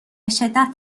بشدت